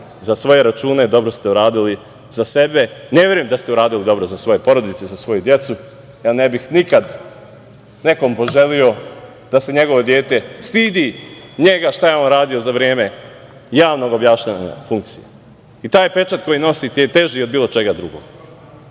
za svoje račune, dobro ste uradili za sebe. Ne verujem da ste uradili dobro za svoje porodice, za svoju decu. Ja ne bih nikad nekom poželeo da se njegovo dete stidi njega zbog toga šta je on radio za vreme javnog obavljanja funkcije. Taj pečat koji nosite je teži od bilo čega drugog.